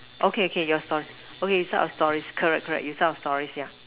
okay Kay yours first okay you start your story correct correct you start your story yeah